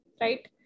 right